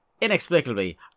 inexplicably